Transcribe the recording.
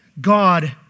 God